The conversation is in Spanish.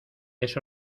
eso